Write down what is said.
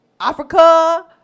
Africa